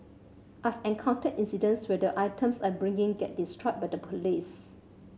I've encountered incidents where the items I bring in get destroyed by the police